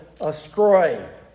astray